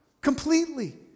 completely